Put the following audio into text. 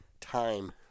time